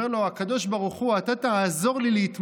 אומר לו הקדוש ברוך הוא: אתה תעזור לי להתמודד